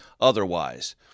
otherwise